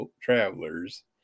travelers